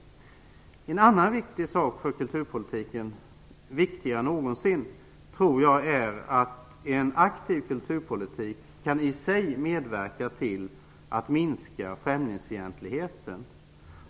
Den andra viktiga saken när det gäller kulturpolitiken, viktigare än någonsin, är att en aktiv kulturpolitik i sig kan medverka till att minska främlingsfientligheten.